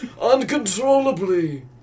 uncontrollably